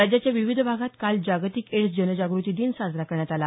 राज्याच्या विविध भागात काल जागतिक एड्स जनजागृती दिन साजरा करण्यात आला